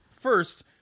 First